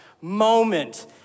moment